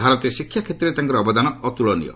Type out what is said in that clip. ଭାରତୀୟ ଶିକ୍ଷା କ୍ଷେତ୍ରରେ ତାଙ୍କର ଅବଦାନ ଅତୁଳନୀୟ